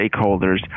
stakeholders